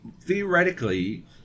theoretically